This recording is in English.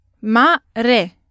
Mare